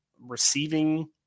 receiving